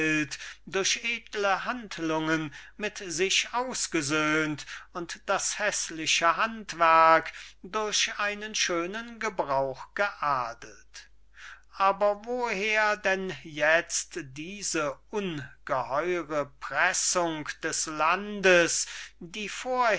handlungen mit sich ausgesöhnt und das häßliche handwerk durch einen schönen gebrauch geadelt aber woher denn jetzt diese ungeheure pressung des landes die vorher